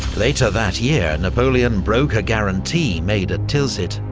later that year, napoleon broke a guarantee made at tilsit,